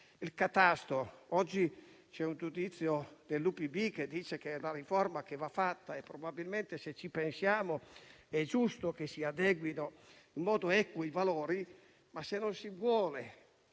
al catasto, oggi c'è un giudizio dell'UPB secondo cui è una riforma che va fatta. Probabilmente, se ci pensiamo, è giusto che sia adeguino in modo equo i valori; ma, se non si vuole